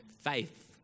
faith